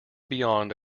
beyond